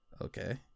Okay